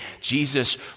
Jesus